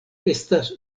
estas